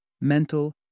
mental